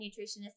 nutritionist